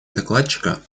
докладчика